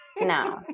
no